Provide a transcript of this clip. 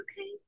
okay